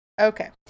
okay